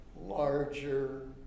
larger